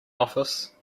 office